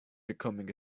becoming